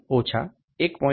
895 1